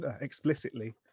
explicitly